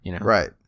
Right